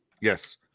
Yes